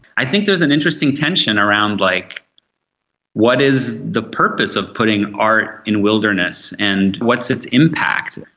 i think there's an interesting tension around like what is the purpose of putting art in wilderness, and what is its impact?